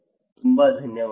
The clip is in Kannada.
ತುಂಬ ಧನ್ಯವಾದಗಳು